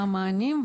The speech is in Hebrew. מה המענים,